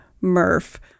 Murph